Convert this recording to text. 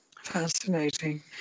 Fascinating